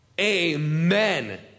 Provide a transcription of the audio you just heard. Amen